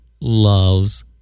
loves